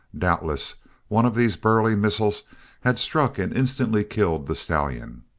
doubtless one of these burly missiles had struck and instantly killed the stallion.